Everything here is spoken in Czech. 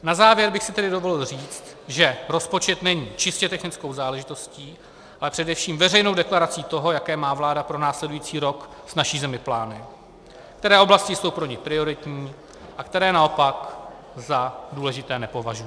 Na závěr bych si tedy dovolil říct, že rozpočet není čistě technickou záležitostí, ale především veřejnou deklarací toho, jaké má vláda pro následující rok s naší zemí plány, které oblasti jsou pro ni prioritní a které naopak za důležité nepovažuje.